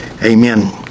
Amen